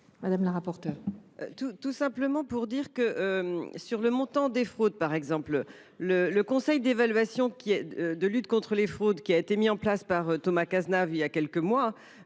Mme la rapporteure